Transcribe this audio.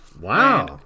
Wow